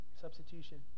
Substitution